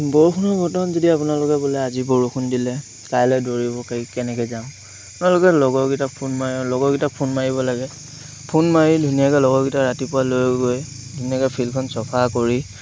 বৰষুণৰ বতৰত যদি আপোনালোকে বোলে আজি বৰষুণ দিলে কাইলৈ দৌৰিব কেনেকৈ যাওঁ আপোনালোকে লগৰকেইটাক ফোন মাৰক লগৰগেইটাক ফোন মাৰিব লাগে ফোন মাৰি ধুনীয়াকৈ লগৰকেইটাক ৰাতিপুৱা লৈ গৈ ধুনীয়াকৈ ফিল্ডখন চফা কৰি